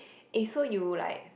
eh so you like